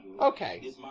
Okay